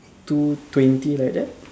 two twenty like that